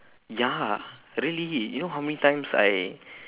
ya really you know how many times I